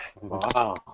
Wow